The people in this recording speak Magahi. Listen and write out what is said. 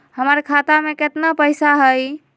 हमर खाता मे केतना पैसा हई?